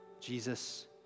Jesus